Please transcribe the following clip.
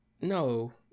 no